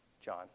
John